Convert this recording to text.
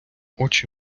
очі